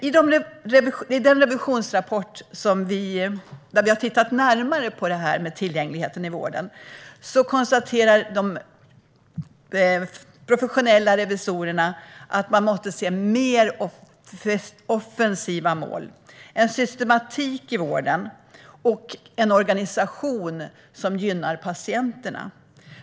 I revisionsrapporten har de professionella revisorerna tittat närmare på tillgängligheten i vården och konstaterar att det måste vara mer offensiva mål, en systematik i vården och en organisation som gynnar patienterna.